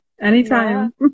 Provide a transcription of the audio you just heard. anytime